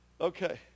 Okay